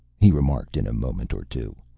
he remarked in a moment or two.